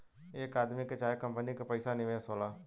एक आदमी के चाहे कंपनी के पइसा निवेश होला